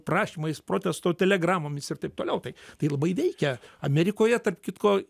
prašymais protesto telegramomis ir taip toliau tai tai labai veikia amerikoje tarp kitko